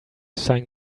sign